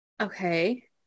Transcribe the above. Okay